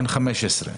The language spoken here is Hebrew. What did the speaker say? בן 15,